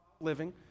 living